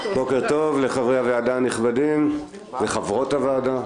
בוקר טוב לחברי הוועדה הנכבדים ולחברות הוועדה.